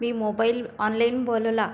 me mobile online बोलवला